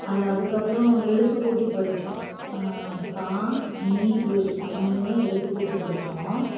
அதை அதுக்கப்புறோம் எழுத்து கூட்டி படிச்சோம் த மி ழ் தமிழ்ன்னு எழுத்து கூட்டி படிச்சோம்